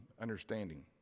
understanding